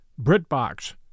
BritBox